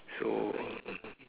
so